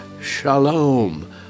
shalom